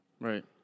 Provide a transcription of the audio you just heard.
Right